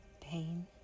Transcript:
Pain